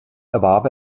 erwarb